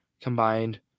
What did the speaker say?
combined